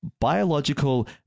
biological